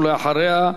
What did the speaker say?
ואחריה,